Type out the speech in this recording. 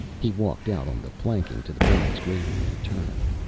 he walked out on the planking to the bronze grating and turned.